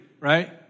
right